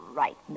right